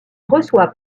reçoit